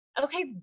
okay